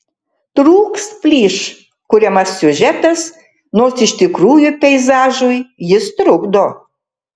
trūks plyš kuriamas siužetas nors iš tikrųjų peizažui jis trukdo